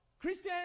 Christians